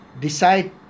decide